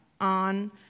on